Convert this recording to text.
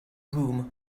room